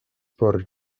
por